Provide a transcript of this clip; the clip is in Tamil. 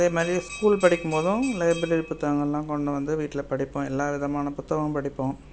அதேமாதிரி ஸ்கூல் படிக்கும்போதும் லைப்ரரி புத்தகங்களெலாம் கொண்டு வந்து வீட்டில் படிப்போம் எல்லா விதமான புத்தகமும் படிப்போம்